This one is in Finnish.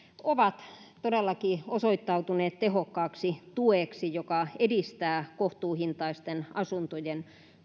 on todellakin osoittautunut tehokkaaksi tueksi joka edistää kohtuuhintaisten asuntojen